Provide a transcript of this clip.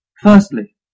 Firstly